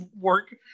work